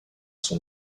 sont